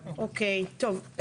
טוב.